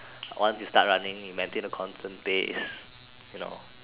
once you start running you maintain the constant pace you know